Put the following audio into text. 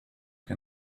que